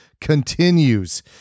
continues